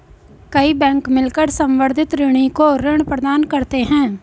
कई बैंक मिलकर संवर्धित ऋणी को ऋण प्रदान करते हैं